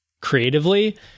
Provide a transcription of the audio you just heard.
creatively